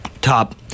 top